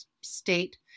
state